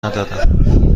ندارم